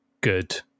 good